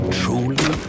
truly